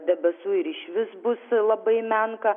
debesų ir išvis bus labai menka